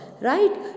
Right